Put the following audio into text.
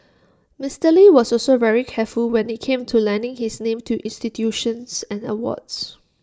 Mister lee was also very careful when IT came to lending his name to institutions and awards